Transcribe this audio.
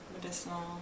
medicinal